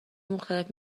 مختلف